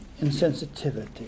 insensitivity